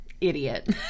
idiot